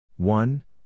One